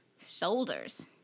Shoulders